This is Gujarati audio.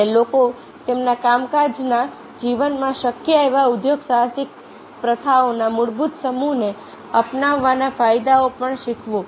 અને લોકોને તેમના કામકાજના જીવનમાં શક્ય એવા ઉદ્યોગસાહસિક પ્રથાઓના મૂળભૂત સમૂહને અપનાવવાના ફાયદાઓ પણ શીખવો